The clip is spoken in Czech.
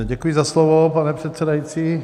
Děkuji za slovo, pane předsedající.